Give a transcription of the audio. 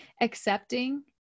Accepting